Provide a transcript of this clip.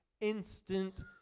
instant